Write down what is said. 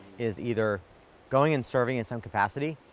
is either going and serving in some capacity,